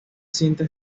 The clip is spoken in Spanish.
cinta